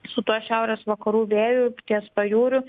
su tuo šiaurės vakarų vėju ties pajūriu